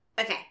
Okay